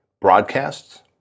broadcasts